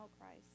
Christ